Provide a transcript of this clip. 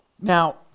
Now